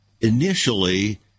initially